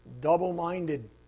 double-minded